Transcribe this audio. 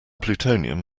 plutonium